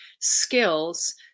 skills